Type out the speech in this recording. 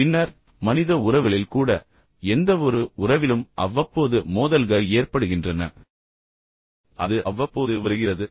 பின்னர் மனித உறவுகளில் கூட எந்தவொரு உறவிலும் அவ்வப்போது மோதல்கள் ஏற்படுகின்றன அது அவ்வப்போது வருகிறது